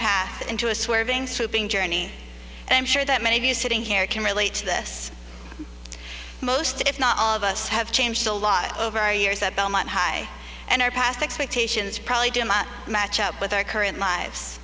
path into a swerving sweeping journey and i'm sure that many of you sitting here can relate to this most if not all of us have changed a lot over our years at belmont high and our past expectations probably do not match up with our current lives